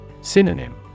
Synonym